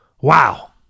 Wow